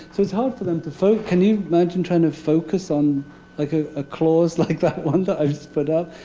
so it's hard for them to focus can you imagine trying to focus on like ah a clause like that one that i just put up?